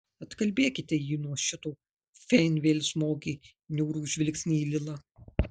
atkalbėkite jį nuo šito fain vėl įsmeigė niūrų žvilgsnį į lilą